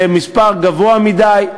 זה מספר גבוה מדי.